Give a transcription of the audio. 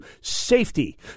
safety